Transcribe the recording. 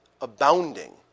abounding